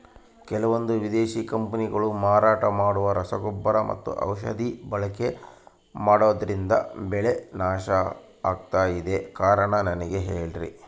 ಕೆಲವಂದು ವಿದೇಶಿ ಕಂಪನಿಗಳು ಮಾರಾಟ ಮಾಡುವ ರಸಗೊಬ್ಬರ ಮತ್ತು ಔಷಧಿ ಬಳಕೆ ಮಾಡೋದ್ರಿಂದ ಬೆಳೆ ನಾಶ ಆಗ್ತಾಇದೆ? ಕಾರಣ ನನಗೆ ಹೇಳ್ರಿ?